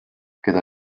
keda